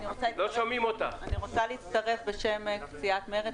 אני רוצה להצטרף --- רגע.